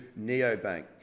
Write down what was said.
Neobank